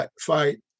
fight